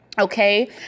Okay